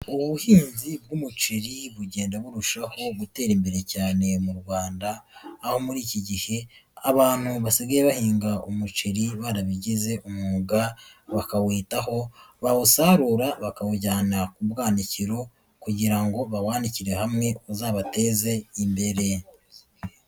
Ubuhinzi bw'umuceri bugenda burushaho gutera imbere cyane mu Rwanda, aho muri iki gihe abantu basigaye bahinga umuceri, barabigize umwuga, bakawitaho, bawusarura bakawujyana ku bwanikiro kugira ngo bawanikire hamwe, uzabateze imbere.